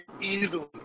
easily